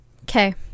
Okay